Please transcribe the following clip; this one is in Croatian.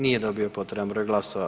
Nije dobio potreban broj glasova.